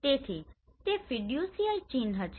તેથી તે ફીડ્યુસીયલ ચિન્હ છે